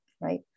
right